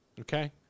Okay